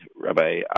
Rabbi